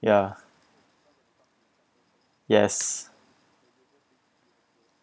ya yes